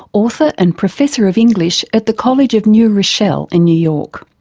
author and professor of english at the college of new rochelle in new york.